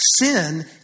Sin